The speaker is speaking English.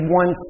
one